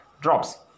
drops